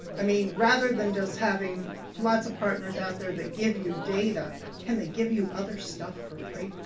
i mean rather than just having lots of partners out there that give you data can they give you other stuff for free?